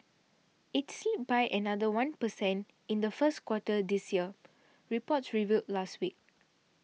it slipped by another one per cent in the first quarter this year reports revealed last week